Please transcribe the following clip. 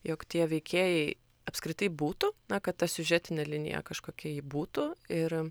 jog tie veikėjai apskritai būtų na kad ta siužetinė linija kažkokia ji būtų ir